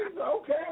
okay